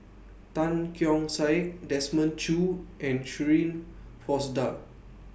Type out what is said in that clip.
Tan Keong Saik Desmond Choo and Shirin Fozdar